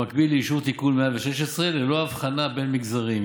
במקביל לאישור תיקון 116, ללא הבחנה בין מגזרים.